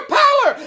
power